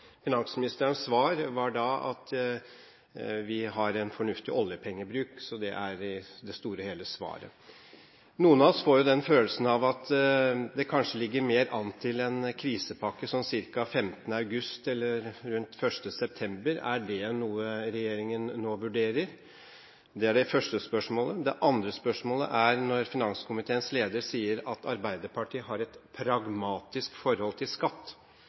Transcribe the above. Finansministerens svar var da: Vi har en fornuftig oljepengebruk. Det var det store og hele svaret. Noen av oss får følelsen av at det kanskje ligger mer an til en krisepakke sånn ca. 15. august eller rundt 1. september. Er det noe regjeringen nå vurderer? Det er det første spørsmålet. Det andre spørsmålet er: Når finanskomiteens leder sier at Arbeiderpartiet har et pragmatisk forhold til skatt,